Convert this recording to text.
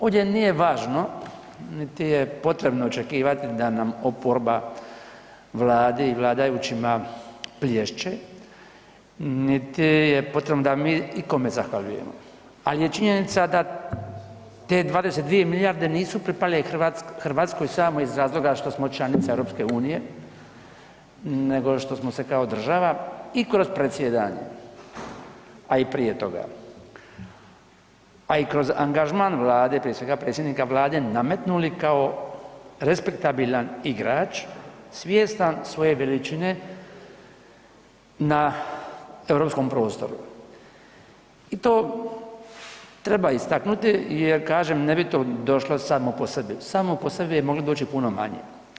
Ovdje nije važno, niti je potrebno očekivati da nam oporba, vladi i vladajućima plješće, niti je potrebno da mi ikome zahvaljujemo, al je činjenica da te 22 milijarde nisu pripale RH samo iz razloga što smo članica EU, nego što smo se kao država i kroz predsjedanje, a i prije toga, a i kroz angažman vlade, prije svega predsjednika vlade, nametnuli kao respektabilan igrač svjestan svoje veličine na europskom prostoru i to treba istaknuti jer kažem ne bi to došlo samo po sebi, samo po sebi je moglo doći i puno manje.